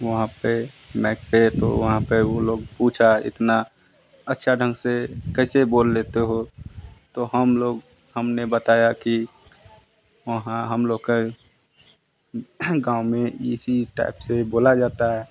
वहाँ पर मैक के तो वहाँ पर वो लोग पूछा इतना अच्छा ढंग से कैसे बोल लेते हो तो हम लोग हमने बताया कि वहाँ हम लोग के गाँव में इसी टाइप से बोला जाता है